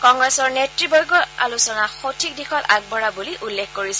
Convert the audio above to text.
কংগ্ৰেছৰ নেত্ৰীবৰ্গই আলোচনা সঠিক দিশত আগবঢ়া বুলি উল্লেখ কৰিছে